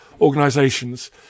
organisations